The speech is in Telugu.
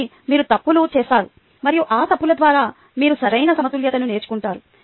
కాబట్టి మీరు తప్పులు చేస్తారు మరియు ఆ తప్పుల ద్వారా మీరు సరైన సమతుల్యతను నేర్చుకుంటారు